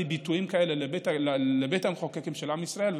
ביטויים כאלה לבית המחוקקים של עם ישראל,